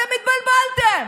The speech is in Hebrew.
אתם התבלבלתם: